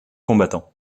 combattants